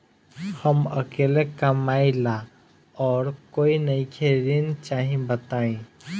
हम अकेले कमाई ला और कोई नइखे ऋण चाही बताई?